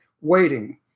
waiting